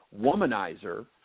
womanizer